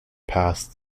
passed